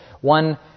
One